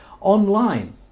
online